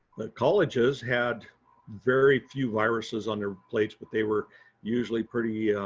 the colleges had very few viruses on their plates, but they were usually pretty, yeah